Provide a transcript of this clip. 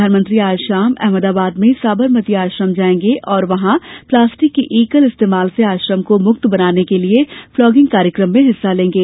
प्रधानमंत्री आज शाम अहमदाबाद में साबरमती आश्रम जाएंगे और वहां प्लास्टिक के एकल इस्तेमाल से आश्रम को मुक्त बनाने के लिए प्लॉगिंग कार्यक्रम में हिस्सा लेंगे